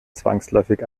zwangsläufig